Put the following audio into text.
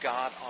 God